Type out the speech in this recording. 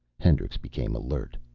hendricks became alert.